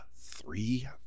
three